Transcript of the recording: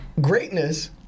Greatness